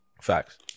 Facts